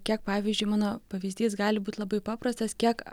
kiek pavyzdžiui mano pavyzdys gali būt labai paprastas kiek